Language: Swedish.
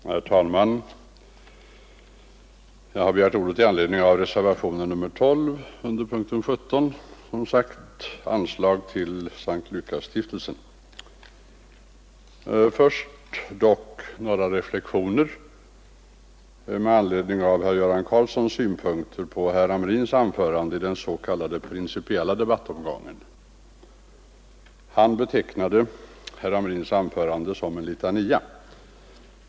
Herr talman! Jag har begärt ordet med anledning av reservationen 12 under punkten 17, som gäller anslag till S:t Lukasstiftelsen. Först vill jag dock göra några reflexioner i anslutning till herr Göran Karlssons synpunkter på herr Hamrins anförande i den s.k. principiella debattomgången. Herr Karlsson betecknade herr Hamrins anförande som en litania.